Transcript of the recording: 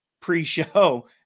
pre-show